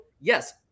yes